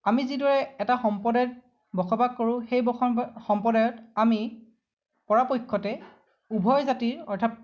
আমি যিদৰে এটা সম্প্ৰদায়ত বসবাস কৰোঁ সেই সম্প্ৰদায়ত আমি পৰাপক্ষতে উভয় জাতিৰ অৰ্থাৎ